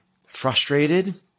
frustrated